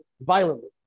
violently